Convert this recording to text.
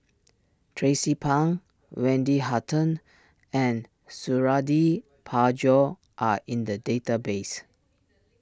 Tracie Pang Wendy Hutton and Suradi Parjo are in the database